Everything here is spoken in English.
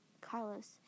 Carlos